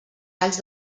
talls